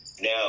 Now